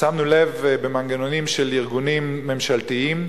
שמנו לב במנגנונים של ארגונים ממשלתיים,